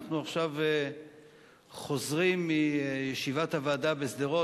אנחנו עכשיו חוזרים מישיבת הוועדה בשדרות,